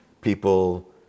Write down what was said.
people